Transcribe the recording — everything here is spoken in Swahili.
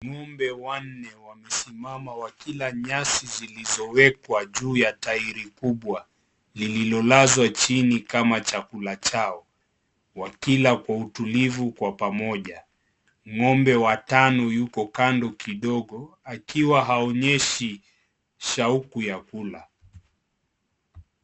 Ng'ombe wanne wamesimama, wakila nyasi zilizowekwa juu ya tairi kubwa, lililolazwa chini kama chakula chao. Wakila kwa utulivu, kwa pamoja.Ng'ombe wa tano, ako kando kidogo, akiwa haonyeshi shauku ya kula.